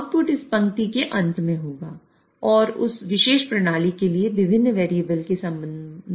output इस पंक्ति के अंत में होगा और उस विशेष प्रणाली के विभिन्न वेरिएबल के संबंध में कुछ शर्तें होंगी